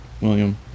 William